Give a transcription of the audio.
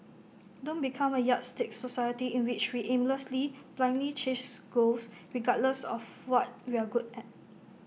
don't become A yardstick society in which we aimlessly blindly chase goals regardless of what we're good at